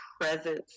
presence